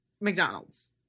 McDonald's